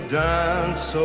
dance